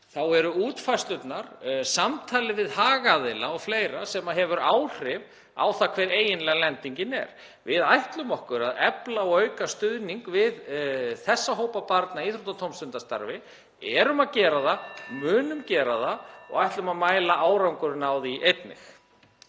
eru það útfærslurnar, samtalið við hagaðila o.fl. sem hefur áhrif á það hver eiginlega lendingin er. Við ætlum okkur að efla og auka stuðning við þessa hópa barna í íþrótta- og tómstundastarfi, við erum að gera það og munum gera það og ætlum einnig að mæla árangurinn af því.